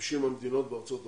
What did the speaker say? מ-50 המדינות בארצות הברית,